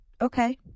Okay